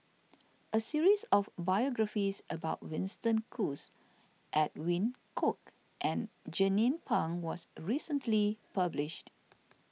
a series of biographies about Winston Choos Edwin Koek and Jernnine Pang was recently published